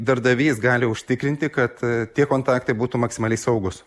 darbdavys gali užtikrinti kad tie kontaktai būtų maksimaliai saugūs